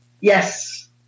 Yes